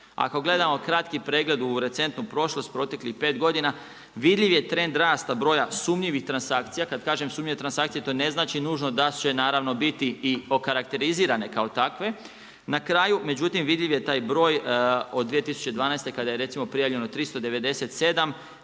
Ako gledamo kratki pregled u recentnu prošlost proteklih 5 godina, vidljiv je trend rasta broja sumnjivih transakcija. Kad kažem sumnjive transakcije to ne znači nužno da će naravno biti i okarakterizirane kao takve. Na kraju međutim, vidljiv je taj broj od 2012. kada je recimo prijavljeno 397,